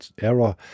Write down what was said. error